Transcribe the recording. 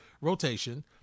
rotation